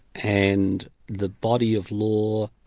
and the body of law,